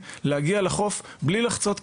להגיע לחוף בלי לחצות כביש.